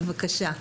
בבקשה.